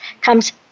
comes